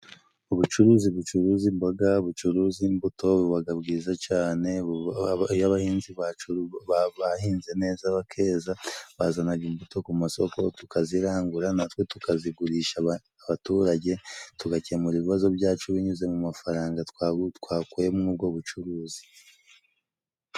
Ubucuruzi bucuruza imboga, bucuruza imbuto bubaga bwiza cane, iyo abahinzi bacu bahinze neza bakeza bazanaga imbuto ku masoko tukazirangura natwe tukazigurisha abaturage, tugakemura ibibazo byacu binyuze mu mafaranga twakuye muri ubwo bucuruzi.